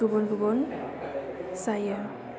गुबुन गुबुन जायो